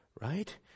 right